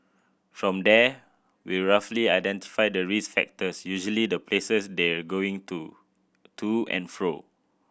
from there we roughly identify the risk factors usually the places they're going to to and fro